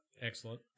Excellent